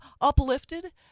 uplifted